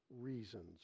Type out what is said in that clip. reasons